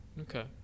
Okay